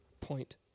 point